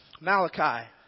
Malachi